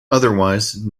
otherwise